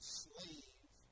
slave